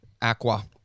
aqua